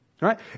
Right